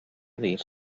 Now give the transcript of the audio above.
dir